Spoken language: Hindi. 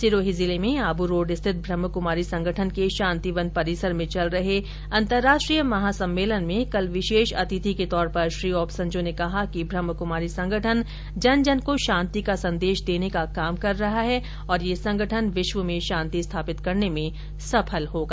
सिरोही जिले में आबू रोड़ स्थित ब्रह्माकुमारी संगठन के शांतिवन परिसर में चल रहे अंतरराष्ट्रीय महासम्मेलन में कल विशेष अतिथि के तौर पर श्री ओबासन्जों ने कहा कि ब्रह्माक्मारी संगठन जन जन को शांति का संदेश देने का काम कर रहा है और यह संगठन विश्व में शान्ति स्थापित करने में सफल होगा